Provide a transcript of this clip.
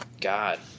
god